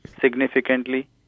significantly